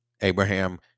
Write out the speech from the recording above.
Abraham